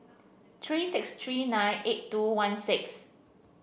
three six three nine eight two one six